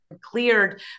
cleared